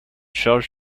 charge